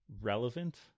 relevant